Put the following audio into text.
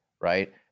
right